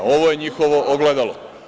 Ovo je njihovo ogledalo.